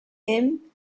him